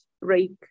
break